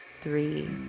three